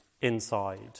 inside